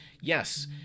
yes